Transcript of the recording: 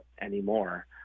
anymore